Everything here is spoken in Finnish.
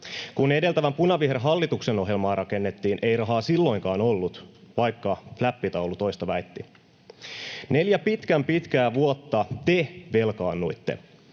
Kun edeltävän, punavihreän, hallituksen ohjelmaa rakennettiin, ei rahaa silloinkaan ollut, vaikka fläppitaulu toista väitti. Neljä pitkän pitkää vuotta te velkaannuitte